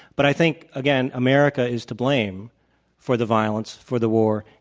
but i think, again, america is to blame for the violence, for the war.